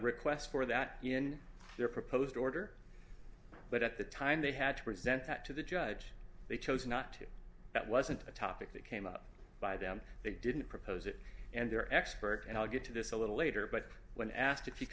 requests for that in their proposed order but at the time they had to present that to the judge they chose not to that wasn't a topic that came up by them they didn't propose it and they're expert and i'll get to this a little later but when asked if